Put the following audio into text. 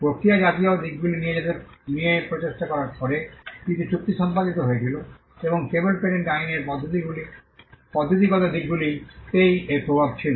প্রক্রিয়া জাতীয় দিকগুলি নিয়ে প্রচেষ্টা করার পরে কিছু চুক্তি সম্পাদিত হয়েছিল এবং কেবল পেটেন্ট আইনের পদ্ধতিগত দিকগুলিতেই এর প্রভাব ছিল